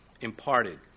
imparted